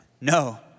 No